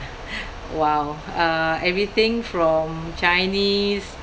!wow! uh everything from chinese